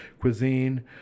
cuisine